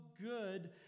good